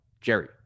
Jerry